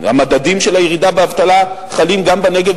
המדדים של הירידה באבטלה חלים גם בנגב,